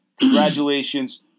Congratulations